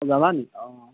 যাবা নেকি অঁ